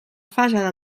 fase